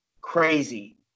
crazy